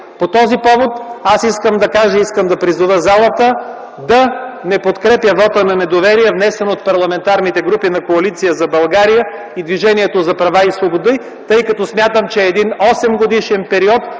По този повод, аз искам да кажа и да призова залата, да не подкрепя вота на недоверие внесен от парламентарните групи на Коалиция за България и Движението за права и свободи, тъй като смятам, че един осемгодишен период